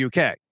UK